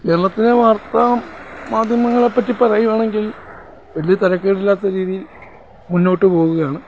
ഞങ്ങൾക്ക് വാർത്താമാധ്യമങ്ങളെപ്പറ്റി പറയുകയാണെങ്കിൽ വലിയ തരക്കേടില്ലാത്ത രീതിയിൽ മുന്നോട്ട് പോകുകയാണ്